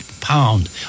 pound